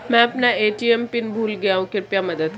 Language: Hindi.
मैं अपना ए.टी.एम पिन भूल गया हूँ कृपया मदद करें